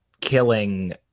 killing